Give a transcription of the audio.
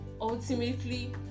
ultimately